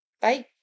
Bye